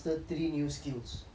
what would it be